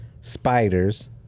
spiders